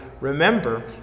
remember